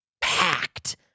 packed